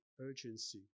urgency